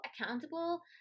accountable